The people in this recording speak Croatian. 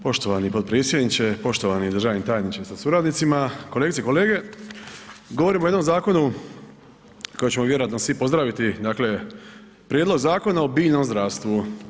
Poštovani potpredsjedniče, poštovani državni tajniče sa suradnicima, kolegice i kolege govorimo o jednom zakonu kojeg ćemo vjerojatno svi pozdraviti, dakle Prijedlog Zakona o biljnom zdravstvu.